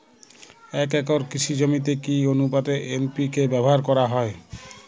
এক একর কৃষি জমিতে কি আনুপাতে এন.পি.কে ব্যবহার করা হয়?